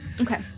Okay